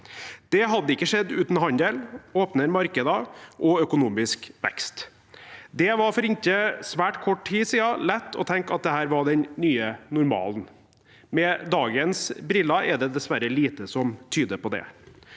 Det hadde ikke skjedd uten handel, åpnere markeder og økonomisk vekst. Det var for inntil svært kort tid siden lett å tenke at dette var den nye normalen. Med dagens briller er det dessverre lite som tyder på det.